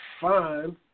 fine